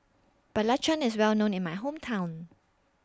Belacan IS Well known in My Hometown